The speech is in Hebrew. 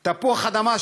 תפוח-אדמה,